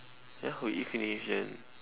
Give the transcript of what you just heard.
ya we eat finish then